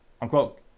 unquote